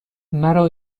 مرا